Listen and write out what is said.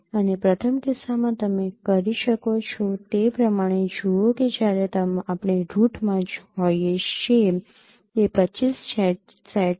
અને પ્રથમ કિસ્સામાં તમે કરી શકો તે પ્રમાણે જુઓ કે જ્યારે આપણે રૂટમાં હોઈએ છીએ તે ૨૫ સેટ છે